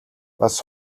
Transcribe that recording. бас